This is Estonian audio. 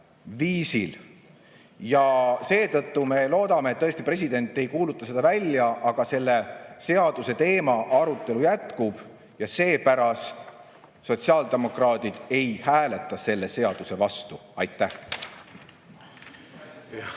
Ja seetõttu me loodame, et president ei kuuluta seda [seadust] välja. Aga selle seaduse üle arutelu jätkub ja seepärast sotsiaaldemokraadid ei hääleta selle seaduse vastu. Aitäh!